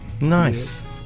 Nice